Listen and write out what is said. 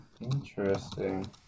interesting